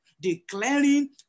Declaring